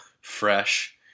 fresh